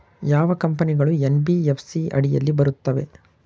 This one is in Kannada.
ಯಾವ ಕಂಪನಿಗಳು ಎನ್.ಬಿ.ಎಫ್.ಸಿ ಅಡಿಯಲ್ಲಿ ಬರುತ್ತವೆ?